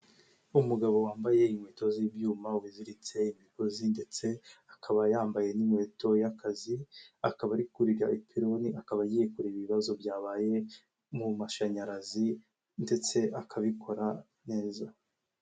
Umugabo wambaye inkweto z'ibyuma uziritse imigozi ndetse akaba yambaye n'inkweto y'akazi, akaba ari kurira ipironi akaba agiye kureba ibibazo byabaye mu mashanyarazi ndetse akabikora neza.